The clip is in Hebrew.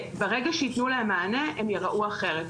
ברגע שיתנו להם מענה הם ייראו אחרת.